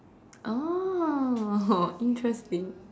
oh interesting